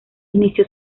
inició